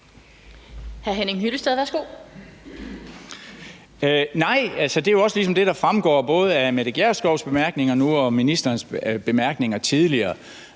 Nej, det er jo også ligesom det, der fremgår både af Mette Gjerskovs bemærkninger nu og ministerens bemærkninger tidligere.